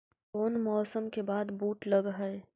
कोन मौसम के बाद बुट लग है?